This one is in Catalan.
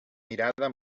mirada